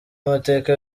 amateka